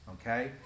okay